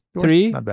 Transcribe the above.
Three